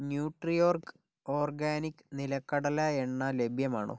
Nutriorg organic നിലക്കടല എണ്ണ ലഭ്യമാണോ